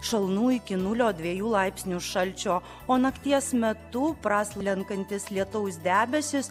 šalnų iki nulio dviejų laipsnių šalčio o nakties metu praslenkantys lietaus debesys